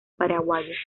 paraguayo